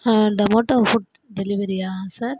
tomato food டெலிவெரியா sir